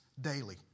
daily